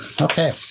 Okay